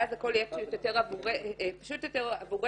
ואז הכול יהיה פשוט יותר עבורנו,